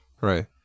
Right